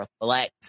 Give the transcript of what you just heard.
reflect